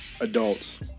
adults